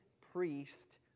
priest